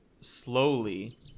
slowly